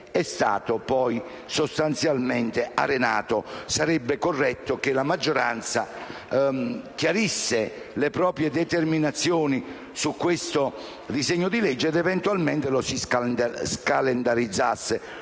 poi stato sostanzialmente arenato. Sarebbe corretto che la maggioranza chiarisse le proprie determinazioni su questo disegno di legge e che eventualmente lo si scalendarizzasse,